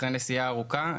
אחרי נסיעה ארוכה,